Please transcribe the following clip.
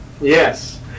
Yes